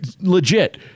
Legit